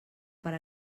per